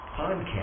podcast